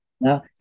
now